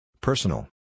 Personal